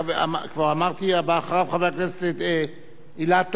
כבר אמרתי, הבא אחריו, חבר הכנסת אילטוב.